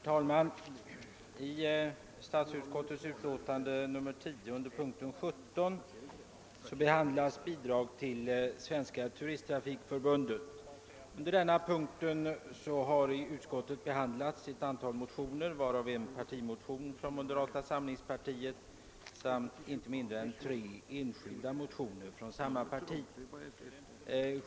Herr talman! Under punkten 17, som ju gäller bidrag till Svenska turisttrafikförbundet, behandlas ett antal motioner, däribland en partimotion från moderata samlingspartiet och inte mindre än tre motioner av enskilda ledamöter från detta parti.